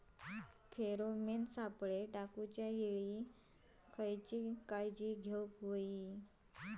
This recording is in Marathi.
फेरोमेन सापळे टाकूच्या वेळी खयली काळजी घेवूक व्हयी?